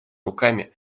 руками